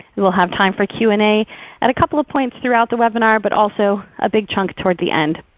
we'll have time for q and a at a couple of points throughout the webinar, but also a big chunk toward the end.